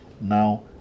Now